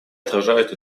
отражают